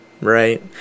Right